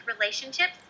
relationships